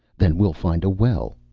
then we'll find a well.